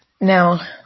Now